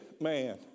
man